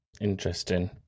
Interesting